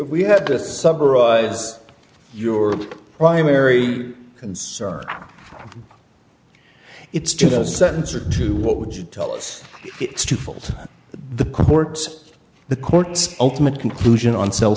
we had to summarize your primary concern it's just the sentence or two what would you tell us it's twofold the courts the court's ultimate conclusion on